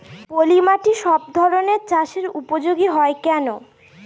পলিমাটি সব ধরনের চাষের উপযোগী হয় কেন?